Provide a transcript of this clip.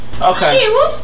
Okay